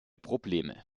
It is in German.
probleme